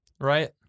right